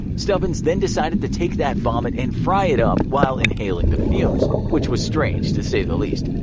stubbins then decided to take that vomit and fry it up while inhaling the fumes, which was strange to say the least.